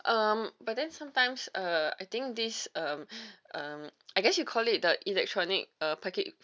um but then sometimes uh I think this um um I guess you call it the electronic uh parking